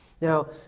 Now